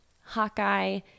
Hawkeye